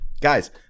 Guys